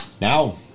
Now